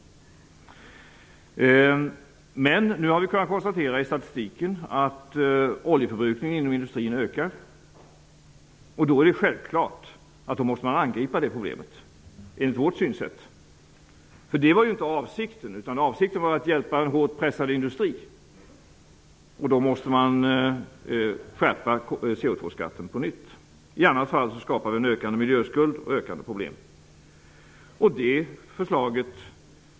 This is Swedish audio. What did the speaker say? Nu har vi i statistiken kunnat konstatera att oljeförbrukningen inom industrin ökar. Det är då självklart att man måste angripa problemet, enligt vårt synsätt. Det var ju inte avsikten att öka oljeförbrukningen, utan avsikten var att hjälpa en hårt pressad industri. Då måste CO2-skatten skärpas på nytt. I annat fall skapar man en ökande miljöskuld och ökade problem.